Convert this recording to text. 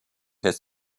has